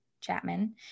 Chapman